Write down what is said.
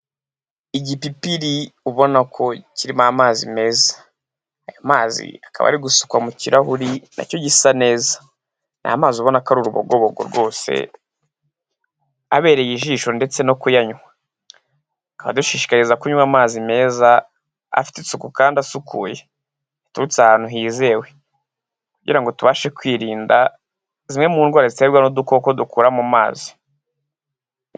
Igipipiri ubona ko kirimo amazi meza. Ayo mazi akaba ari gusukwa mu kirahuri na cyo gisa neza. Ni amazi ubona ko ari urubogobogo rwose, abereye ijisho ndetse no kuyanywa. Tukaba dushishikarizwa kunywa amazi meza, afite isuku kandi asukuye, yaturutse ahantu hizewe kugira ngo tubashe kwirinda zimwe mu ndwara ziterwa n'udukoko dukura mu mazi.